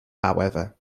however